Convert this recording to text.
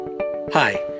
Hi